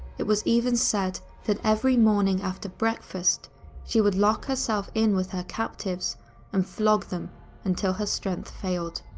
it was even said that every morning after breakfast she would lock herself in with her captives and flog them until her strength failed.